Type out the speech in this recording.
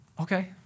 okay